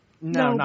No